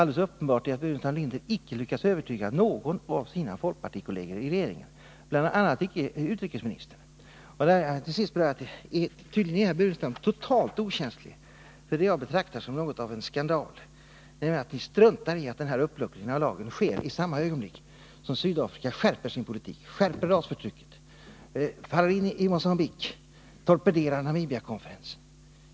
Alldeles uppenbart är att herr Burenstam Linder icke lyckats övertyga någon av sina folkpartikolleger i regeringen, och det gäller bl.a. utrikesministern. Jag vill till sist säga att herr Burenstam Linder tydligen är totalt okänslig för det som jag betraktar som något av en skandal, nämligen att man struntar i att uppluckringen av lagen sker i samma ögonblick som Sydafrika skärper sitt Nr 69 rasförtryck, faller in i Mogambique och torpederar Namibiakonferensen.